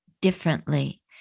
differently